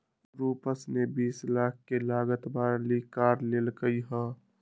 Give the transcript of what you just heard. रूपश ने बीस लाख के लागत वाली कार लेल कय है